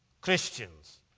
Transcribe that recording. Christians